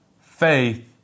Faith